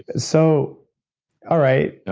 but so all right.